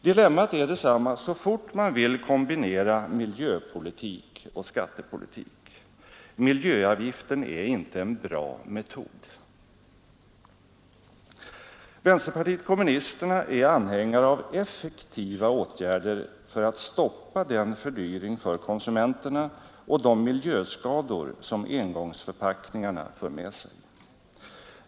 Dilemmat är detsamma så fort man vill kombinera miljöpolitik och skattepolitik. Miljöavgiften är inte en bra metod. Vänsterpartiet kommunisterna är anhängare av effektiva åtgärder för att stoppa den fördyring för konsumenterna och de miljöskador som engångsförpackningarna för med sig.